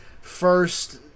first